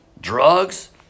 drugs